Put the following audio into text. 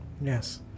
Yes